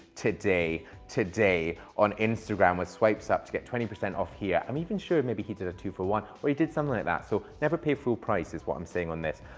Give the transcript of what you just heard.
today, today on instagram, we swipes up to get twenty percent off here. i'm even sure maybe he did a two for one, or he did something like that. so never pay full price is what i'm seeing on this.